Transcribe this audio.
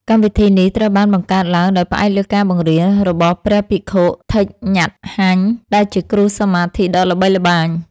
កម្មវិធីនេះត្រូវបានបង្កើតឡើងដោយផ្អែកលើការបង្រៀនរបស់ព្រះភិក្ខុ ថិច ញ៉ាត់ ហាញ់ ដែលជាគ្រូសមាធិដ៏ល្បីល្បាញ។